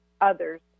others